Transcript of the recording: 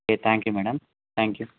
okay thank you madam thank you